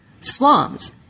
slums